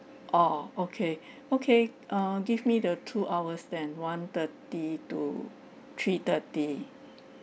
oh okay okay err give me the two hours than one thirty to three thirty